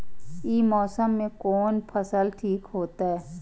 ई मौसम में कोन फसल ठीक होते?